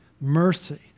Mercy